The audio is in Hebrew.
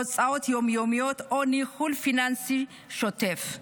הוצאות יום-יומיות או ניהול פיננסי שוטף.